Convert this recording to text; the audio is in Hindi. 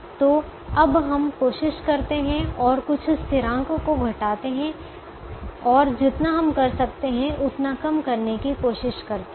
तो अब हम कोशिश करते हैं और कुछ स्थिरांक को घटाते हैं और जितना हम कर सकते हैं उतना कम करने की कोशिश करते हैं